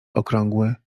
okrągły